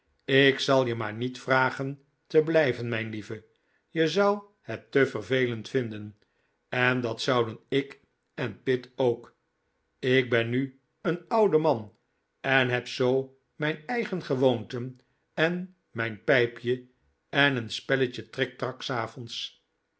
ik zal je maar niet vragen te blijven mijn lieve je zou het te vervelend vinden en dat zouden ik en pitt ook ik ben nu een oude man en heb zoo mijn eigen gewoonten en mijn pijpje en een spelletje triktak s avonds